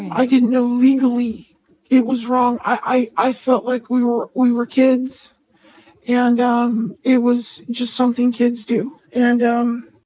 i didn't know legally it was wrong. i i felt like we were we were kids and um it was just something kids do. and um